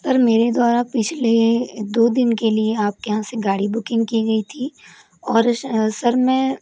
sir मेरे द्वारा पिछले दो दिन के लिए आपके यहाँ से गाड़ी बुकिंग की गई थी और सर मैं